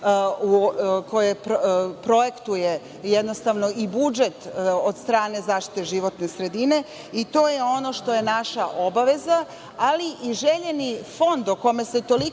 koje projektuje, jednostavno i budžet od strane zaštite životne sredine i to je ono što je naša obaveza, ali i željeni fond o kome se toliko